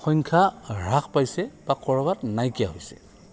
সংখ্যা হ্ৰাস পাইছে বা ক'ৰবাত নাইকিয়া হৈছে